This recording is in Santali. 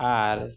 ᱟᱨ